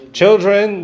children